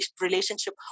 relationship